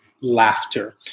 laughter